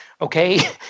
okay